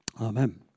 Amen